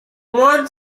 one